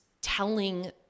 telling